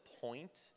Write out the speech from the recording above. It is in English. point